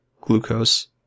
glucose